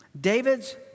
David's